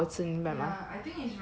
就是那么好吃你明白吗